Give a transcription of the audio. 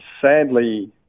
Sadly